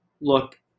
look